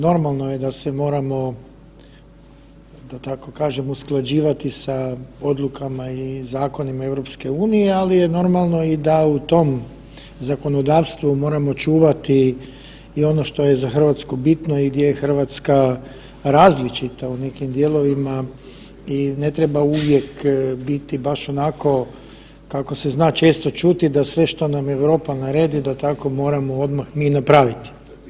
Normalno je da se moramo da tako kažem usklađivati sa odlukama i zakonima EU, ali je normalno da i u tom zakonodavstvu moramo čuvati i ono što je za Hrvatsku bitno i gdje je Hrvatska različita u nekim dijelovima i ne treba uvijek biti baš onako kako se zna često čuti da sve što nam Europa naredi da tako moramo odmah mi napraviti.